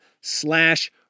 slash